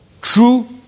True